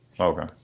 Okay